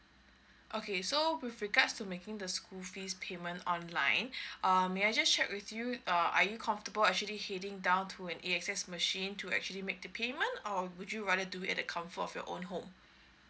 okay so with regards to making the school fees payment online um may I just check with you uh are you comfortable actually heading down to an A_X_S machine to actually make the payment or would you rather do at the comfort of your own home